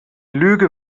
lüge